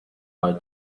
hire